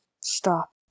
stop